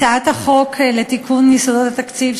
הצעת החוק לתיקון חוק יסודות התקציב,